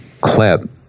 clip